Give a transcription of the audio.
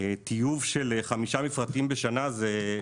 טיוב של חמישה מפרטים בשנה זה,